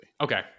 Okay